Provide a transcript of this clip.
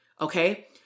okay